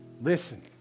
listen